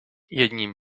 jedním